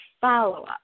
follow-up